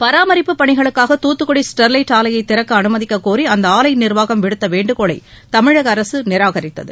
பராமரிப்பு பணிகளுக்காக தூத்துக்குடி ஸ்டெர்லைட் ஆலையை கிறக்க அனுமதிக்கக்கோரி அந்த ஆலை நிர்வாகம் விடுத்த வேண்டுகோளை தமிழக அரசு நிராகரித்தது